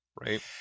right